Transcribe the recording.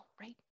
right